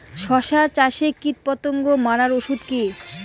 শসা চাষে কীটপতঙ্গ মারার ওষুধ কি?